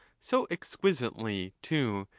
so exquisitely, too,